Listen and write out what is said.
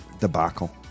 debacle